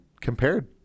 compared